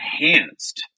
enhanced